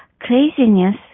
craziness